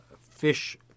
fish